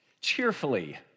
cheerfully